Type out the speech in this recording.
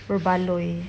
berbaloi